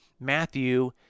Matthew